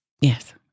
Yes